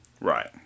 Right